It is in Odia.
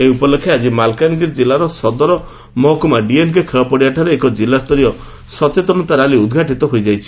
ଏହି ଉପଲକ୍ଷେ ଆଜି ମାଲକାନଗିରି ଜିଲ୍ଲା ସଦର ମହକୁମା ଡିଏନକେ ଖେଳ ପଡିଆଠାରେ ଏକ ଜିଲ୍ଲାସ୍ଡରୀୟ ସଚେତନତା ରାଲି ଉଦଘାଟିତ ହୋଇଯାଇଛି